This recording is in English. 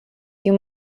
you